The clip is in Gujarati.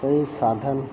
કંઈ સાધન